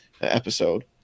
episode